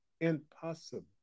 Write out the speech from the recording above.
Impossible